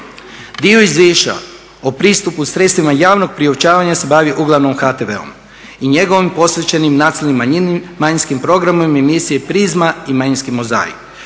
Dio izvješća o pristupu sredstvima javnog priopćavanja se bavi uglavnom HTV i njegovim posvećenim nacionalnim manjinskim programima emisije Prizma i Manjinski mozaik